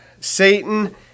Satan